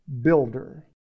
builder